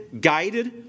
guided